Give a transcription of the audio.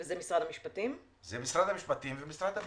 זה משרד המשפטים ומשרד הפנים.